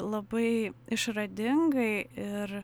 labai išradingai ir